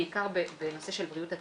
בעיקר בנושא של בריאות הציבור,